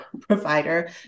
provider